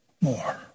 more